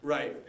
Right